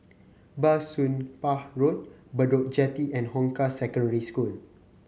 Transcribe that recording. Bah Soon Pah Road Bedok Jetty and Hong Kah Secondary School